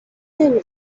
نمی